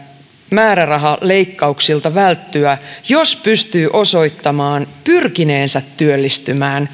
määrärahaleikkauksilta välttyä jos pystyy osoittamaan pyrkineensä työllistymään